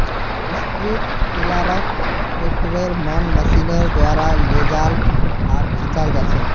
strip टीलारक ट्रैक्टरेर मन मशीनेर द्वारा लेजाल आर खींचाल जाछेक